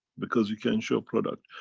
because you can show product.